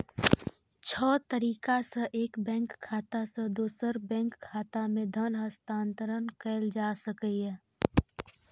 छह तरीका सं एक बैंक खाता सं दोसर बैंक खाता मे धन हस्तांतरण कैल जा सकैए